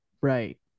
Right